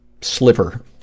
sliver